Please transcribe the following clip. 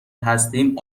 هستیم